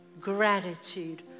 Gratitude